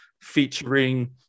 featuring